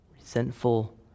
resentful